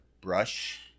brush